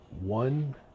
one